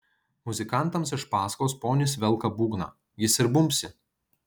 muzikantams iš paskos ponis velka būgną jis ir bumbsi